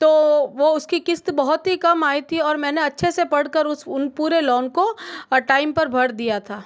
तो वो उसकी किस्त बहुत ही कम आई थी और मैं अच्छे से पढ़ कर उस उन पूरे लोन को और टाइम पर भर दिया था